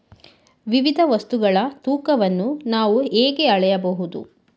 ವಿವಿಧ ವಸ್ತುಗಳ ತೂಕವನ್ನು ನಾವು ಹೇಗೆ ಅಳೆಯಬಹುದು?